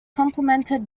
complemented